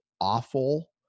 awful